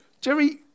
Jerry